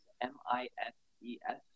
M-I-S-E-S